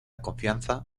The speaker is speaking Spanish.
confianza